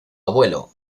abuelo